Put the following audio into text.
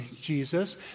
Jesus